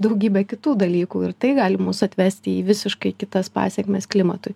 daugybę kitų dalykų ir tai gali mus atvesti į visiškai kitas pasekmes klimatui